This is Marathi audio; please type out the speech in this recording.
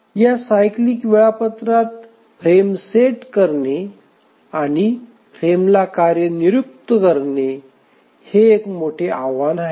या सायक्लीक वेळापत्रकात फ्रेम सेट करणे आणि फ्रेमला कार्ये नियुक्त करणे हे एक मोठे आव्हान आहे